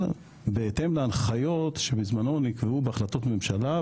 בהתאם להנחיות שנקבעו בזמנו בהחלטות ממשלה,